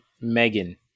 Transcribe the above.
Megan